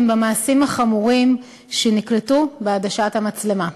במעשים החמורים שנקלטו בעדשת המצלמה.